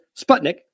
Sputnik